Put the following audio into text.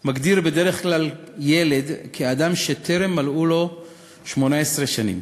מגדיר בדרך כלל ילד כאדם שטרם מלאו לו 18 שנים,